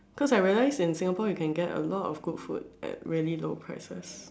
cause I realize in Singapore you can get a lot of good food at really low prices